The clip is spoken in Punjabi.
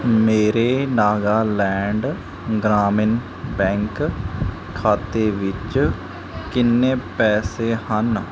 ਮੇਰੇ ਨਾਗਾਲੈਂਡ ਗ੍ਰਾਮੀਣ ਬੈਂਕ ਖਾਤੇ ਵਿੱਚ ਕਿੰਨੇ ਪੈਸੇ ਹਨ